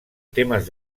temes